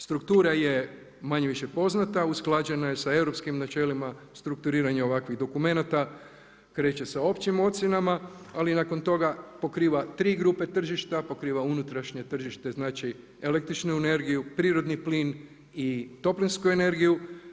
Struktura je manje-više poznata, usklađena je sa europskim načelima strukturiranja ovakvih dokumenata, kreće sa općim ocjenama, ali nakon toga pokriva tri grupe tržišta, pokriva unutrašnje tržište, znači električnu energiju, prirodni plin i toplinsku energiju.